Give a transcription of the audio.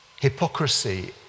Hypocrisy